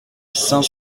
cinq